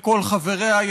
וכל חבריה,